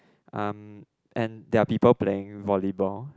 um and there are people playing volleyball